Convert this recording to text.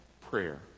prayer